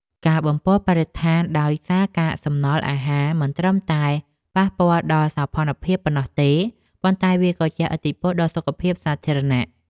ការបំពុលបរិស្ថានដោយសារកាកសំណល់អាហារមិនត្រឹមតែប៉ះពាល់ដល់សោភ័ណភាពប៉ុណ្ណោះទេ ប៉ុន្តែវាក៏ជះឥទ្ធិពលដល់សុខភាពសាធារណៈ។